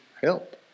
help